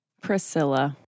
Priscilla